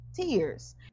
Tears